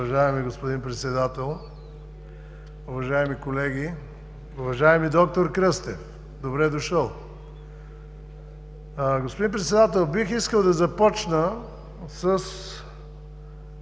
Уважаеми господин Председател, уважаеми колеги! Уважаеми доктор Кръстев, добре дошъл! Господин Председател, бих искал да започна с